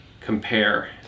compare